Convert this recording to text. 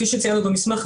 כפי שציינו במסמך,